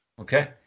Okay